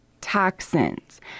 toxins